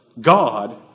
God